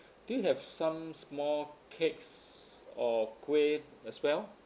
do you have some small cakes or kueh as well